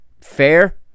fair